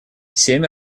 семь